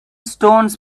stones